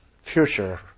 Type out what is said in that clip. future